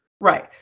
right